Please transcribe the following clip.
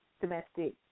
domestic